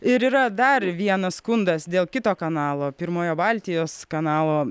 ir yra dar vienas skundas dėl kito kanalo pirmojo baltijos kanalo